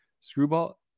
screwball